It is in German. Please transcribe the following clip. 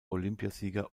olympiasieger